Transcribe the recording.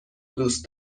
دوست